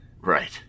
Right